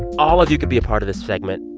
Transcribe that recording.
all of you could be a part of this segment.